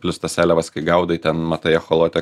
plius tas seliavas kai gaudai ten matai echolote